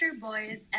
boys